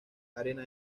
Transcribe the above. arena